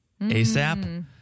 ASAP